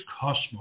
cosmos